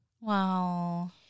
Wow